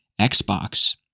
Xbox